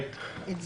את זה.